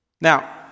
Now